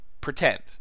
pretend